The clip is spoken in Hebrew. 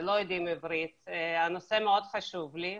שלא יודעים עברית הנושא מאוד חשוב לי,